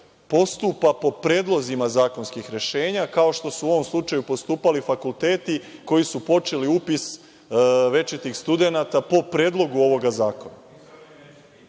postupa po predlozima zakonskih rešenja, kao što su u ovom slučaju postupali fakulteti koji su počeli upis večitih studenata po predlogu ovog zakona. Nikoga